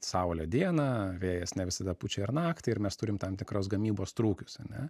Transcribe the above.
saulė dieną vėjas ne visada pučia ir naktį ir mes turim tam tikros gamybos trūkius ane